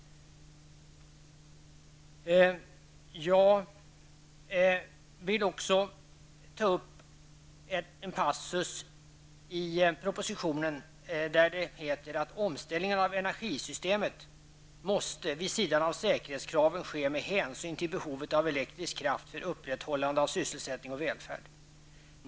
Jag vill också ta upp en passus i propositionen där det heter: ''Omställningen av energisystemet måste, vid sidan av säkerhetskraven, ske med hänsyn till behovet av elektrisk kraft för upprätthållande av sysselsättning och välfärd.